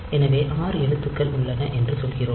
எனவே 6 எழுத்துக்கள் உள்ளன என்று சொல்கிறோம்